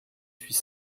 suis